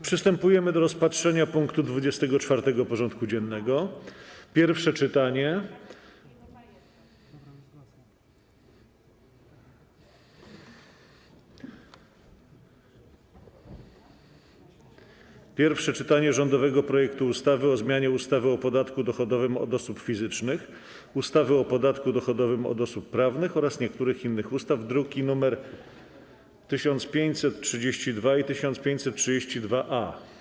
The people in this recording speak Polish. Przystępujemy do rozpatrzenia punktu 24. porządku dziennego: Pierwsze czytanie rządowego projektu ustawy o zmianie ustawy o podatku dochodowym od osób fizycznych, ustawy o podatku dochodowym od osób prawnych oraz niektórych innych ustaw (druki nr 1532 i 1532-A)